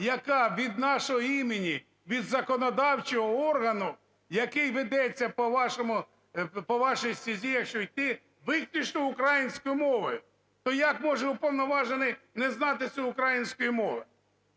яка від нашого імені, від законодавчого органу, який ведеться по вашому, по вашій стезі якщо йти, виключно українською мовою. То як може уповноважений не знати цієї української мови?